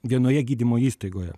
vienoje gydymo įstaigoje